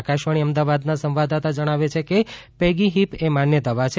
આકાશવાણી અમદાવાદના સંવાદદાતા જણાવે છે કે પેગીહીપ એ માન્ય દવા છે